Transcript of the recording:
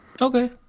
Okay